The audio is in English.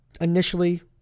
Initially